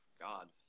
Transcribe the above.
God